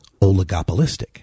oligopolistic